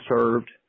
served